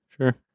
Sure